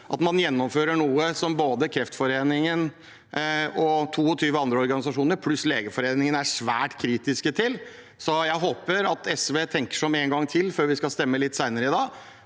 at man gjennomfører noe som både Kreftforeningen og 22 andre organisasjoner pluss Legeforeningen er svært kritiske til. Jeg håper SV tenker seg om en gang til før vi skal stemme litt senere i dag,